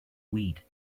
weed